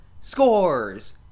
Scores